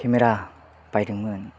camera बायदोंमोन